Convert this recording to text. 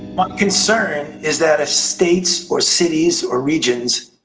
my concern is that states or cities or regions